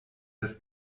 des